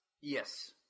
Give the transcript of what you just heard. Yes